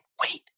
Wait